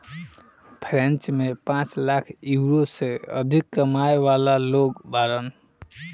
French में पांच lakh euro से अधिक कमाए वाला लोग बाड़न